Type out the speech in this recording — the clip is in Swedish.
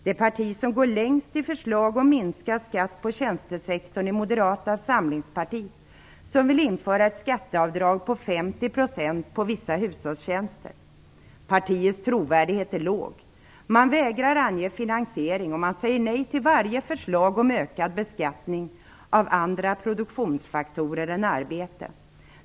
Det parti som går längst i förslag om minskad skatt på tjänstesektorn är Moderata samlingspartiet, som vill införa ett skatteavdrag på 50 % på vissa hushållstjänster. Partiets trovärdighet är låg. Man vägrar ange finansiering, och man säger nej till varje förslag om ökad beskattning av andra produktionsfaktorer än arbete.